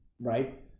right